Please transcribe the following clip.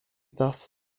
thus